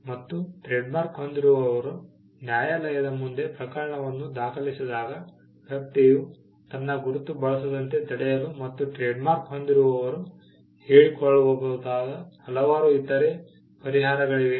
ಮತ್ತು ಟ್ರೇಡ್ಮಾರ್ಕ್ ಹೊಂದಿರುವವರು ನ್ಯಾಯಾಲಯದ ಮುಂದೆ ಪ್ರಕರಣವನ್ನು ದಾಖಲಿಸಿದಾಗ ವ್ಯಕ್ತಿಯು ತನ್ನ ಗುರುತು ಬಳಸದಂತೆ ತಡೆಯಲು ಮತ್ತು ಟ್ರೇಡ್ಮಾರ್ಕ್ ಹೊಂದಿರುವವರು ಹೇಳಿಕೊಳ್ಳಬಹುದಾದ ಹಲವಾರು ಇತರ ಪರಿಹಾರಗಳಿವೆ